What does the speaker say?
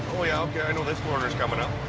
oh, yeah, okay. i know this corner's coming up.